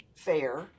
fair